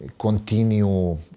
continue